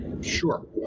Sure